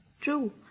True